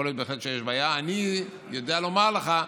אני יודע לומר לך,